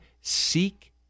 Seek